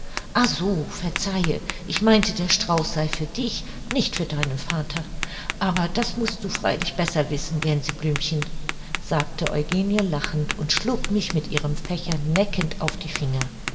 so verzeihe ich meinte der strauß sei für dich nicht für deinen vater aber du mußt das freilich besser wissen gänseblümchen sagte eugenie lachend und schlug mich mit ihrem fächer neckend auf die finger